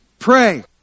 Pray